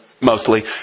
mostly